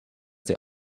they